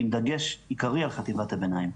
עם דגש עיקרי על חטיבת הביניים.